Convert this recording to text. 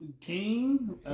King